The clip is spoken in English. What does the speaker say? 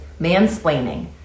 mansplaining